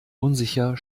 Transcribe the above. unsicher